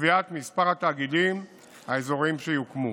בקביעת מספר התאגידים האזוריים שיוקמו.